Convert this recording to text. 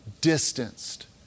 distanced